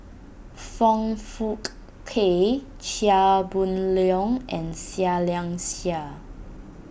Foong Fook Kay Chia Boon Leong and Seah Liang Seah